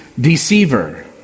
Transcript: deceiver